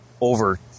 over